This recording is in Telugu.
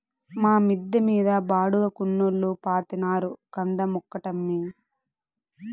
మా మిద్ద మీద బాడుగకున్నోల్లు పాతినారు కంద మొక్కటమ్మీ